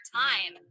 time